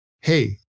Hey